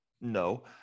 No